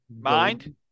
mind